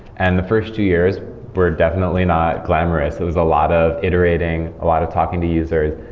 and the first two years were definitely not glamorous. it was a lot of iterating, a lot of talking to users.